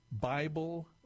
bible